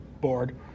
board